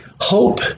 Hope